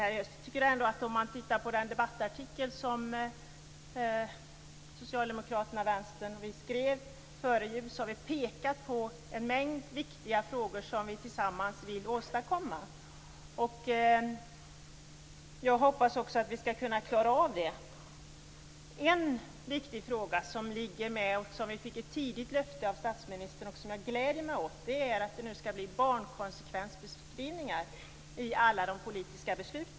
Men i en debattartikel som Vänsterpartiet, socialdemokraterna och vi skrev före jul pekade vi på en mängd viktiga frågor som vi tillsammans vill åstadkomma en lösning på. Jag hoppas också att vi skall kunna klara av det. En viktig fråga där vi fick en tidigt löfte från statsministern som jag gläder mig åt gäller att det skall bli barnkonsekvensbeskrivningar i alla politiska beslut.